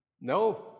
No